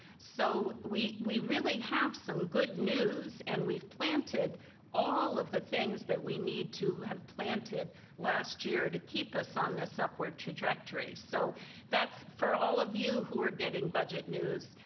so we we really have some good news and we've planted all of the things that we need to have planted last year to keep us on this upward trajectory so that's for all of you who are getting budget news,